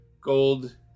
gold